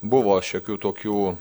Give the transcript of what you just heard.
buvo šiokių tokių